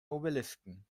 obelisken